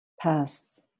past